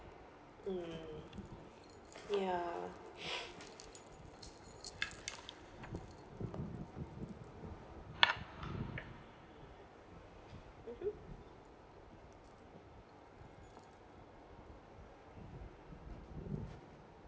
mm ya (uh huh)